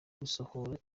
gusohora